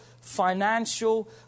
financial